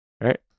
right